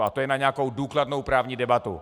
A to je na nějakou důkladnou právní debatu.